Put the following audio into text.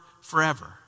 forever